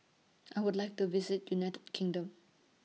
I Would like to visit United Kingdom